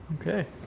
okay